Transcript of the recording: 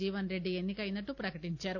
జీవన్రెడ్డి ఎన్పి కైనట్లు ప్రకటించారు